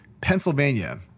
Pennsylvania